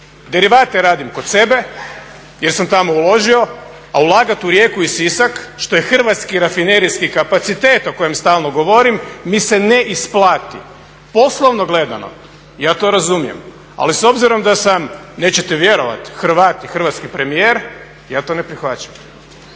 derivate radim kod sebe jer sam tamo uložio a ulagati u Rijeku i Sisak što je hrvatski rafinerijski kapacitet o kojem stalno govorim mi se ne isplati. Poslovno gledano ja to razumijem ali s obzirom da sam nećete vjerovati Hrvat i hrvatski premijer ja to ne prihvaćam.